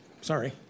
sorry